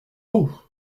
haut